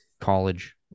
college